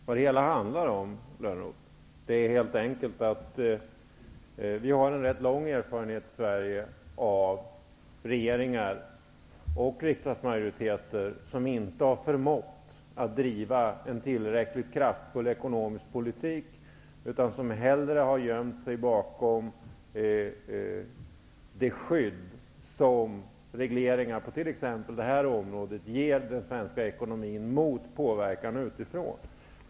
Vad det hela handlar om, Johan Lönnroth, är helt enkelt att vi i Sverige har en rätt lång erfarenhet av regeringar och riksdagsmajoriteter som inte har förmått att driva en tillräckligt kraftfull ekonomisk politik, utan som hellre har gömt sig bakom det skydd som regleringar på t.ex. det här området ger den svenska ekonomin mot påverkan utifrån.